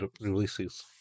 releases